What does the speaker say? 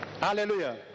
hallelujah